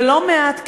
ולא מעט כאלה,